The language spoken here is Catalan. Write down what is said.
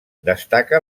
destaca